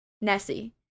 Nessie